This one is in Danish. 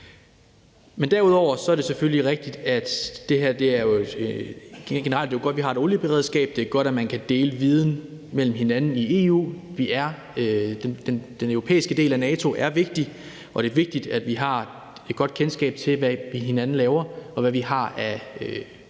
Derudover er det selvfølgelig rigtigt, at det generelt jo er godt, at vi har et olieberedskab. Det er godt, at man kan dele viden mellem hinanden i EU. Den europæiske del af NATO er vigtig, og det er vigtigt, at vi har et godt kendskab til, hvad vi hver især laver, og hvad vi har af